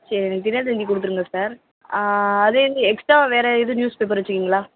சரி தினத்தந்தி கொடுத்துருங்க சார் அதே எக்ஸ்ட்ரா வேற எதுவும் நியூஸ் பேப்பர் வச்சிருக்கீங்களா